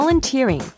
volunteering